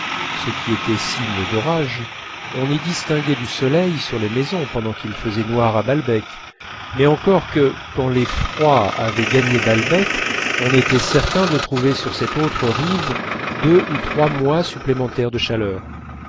ce qui était signe d'orage on y distinguait du soleil sur les maisons pendant qu'il faisait noir à balbec mais encore que quand les froids avaient gagné balbec on était certain de trouver sur cette autre rive deux ou trois mois supplémentaires de chaleur